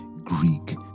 greek